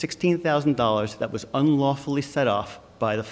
sixteen thousand dollars that was unlawfully set off by the